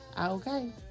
Okay